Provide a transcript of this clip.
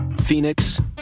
Phoenix